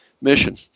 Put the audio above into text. mission